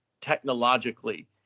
technologically